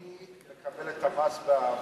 אני מקבל את המס באהבה.